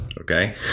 Okay